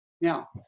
Now